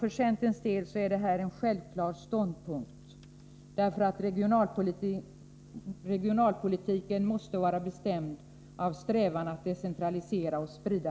För centerns del är det en självklar ståndpunkt, därför att regionalpolitiken måste vara bestämd av strävan att decentralisera och sprida